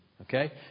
Okay